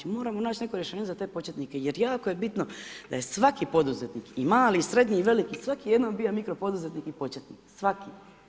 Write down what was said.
Mi moramo naći neko rješenje za te početnike, jer jako je bitno, da je svaki poduzetnik i mali, srednji, veliki svako je jednom bio mikro poduzetnik i početnik, svaki.